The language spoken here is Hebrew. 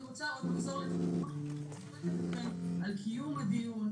אני רוצה לחזור ולברך אתכם על קיום הדיון,